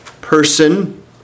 person